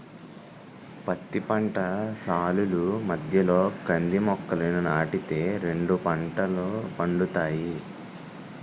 పత్తి పంట సాలుల మధ్యలో కంది మొక్కలని నాటి తే రెండు పంటలు పండుతాయి